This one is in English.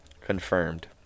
confirmed